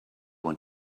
want